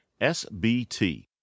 SBT